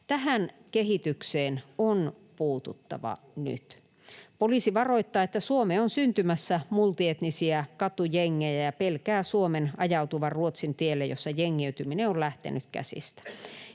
Tähän kehitykseen on puututtava nyt. Poliisi varoittaa, että Suomeen on syntymässä multietnisiä katujengejä, ja pelkää Suomen ajautuvan Ruotsin tielle, jossa jengiytyminen on lähtenyt käsistä.